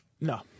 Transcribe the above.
No